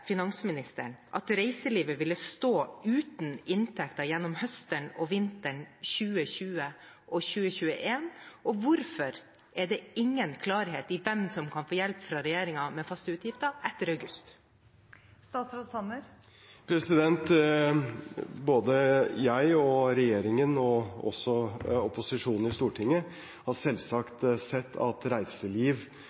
finansministeren at reiselivet ville stå uten inntekter gjennom høsten og vinteren 2020/2021, og hvorfor er det ingen klarhet i hvem som kan få hjelp fra regjeringen med faste utgifter etter august? Både jeg og regjeringen, og også opposisjonen i Stortinget, har